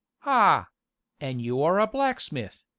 ah an' you are a blacksmith,